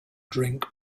drink